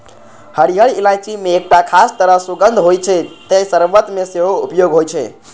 हरियर इलायची मे एकटा खास तरह सुगंध होइ छै, तें शर्बत मे सेहो उपयोग होइ छै